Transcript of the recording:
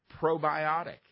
probiotic